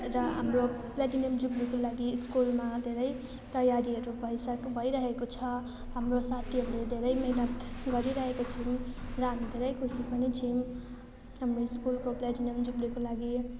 र हाम्रो प्लेटिनियम जुब्लीको लागि स्कुलमा धेरै तयारीहरू भइस भइरहेको छ हाम्रो साथीहरूले धेरै मिहिनेत गरिरहेको छौँ र हामी धेरै खुसी पनि छौँ हाम्रो स्कुलको प्लेटिनियम जुब्लीको लागि